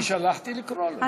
אני שלחתי לקרוא לו.